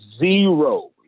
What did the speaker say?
zero